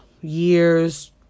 years